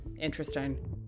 Interesting